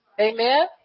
Amen